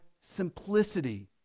simplicity